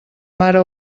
mare